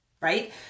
right